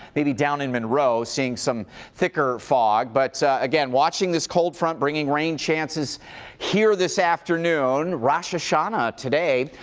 maybe down in monroe, seeing some thicker fog. but again, watching this cold front, bringing rain chances here this afternoon, rosh hashanah today.